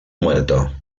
muerto